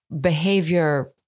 behavior